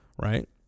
right